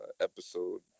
episode